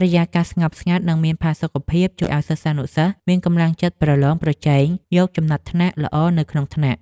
បរិយាកាសស្ងប់ស្ងាត់និងមានផាសុកភាពជួយឱ្យសិស្សានុសិស្សមានកម្លាំងចិត្តប្រឡងប្រជែងយកចំណាត់ថ្នាក់ល្អនៅក្នុងថ្នាក់។